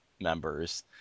members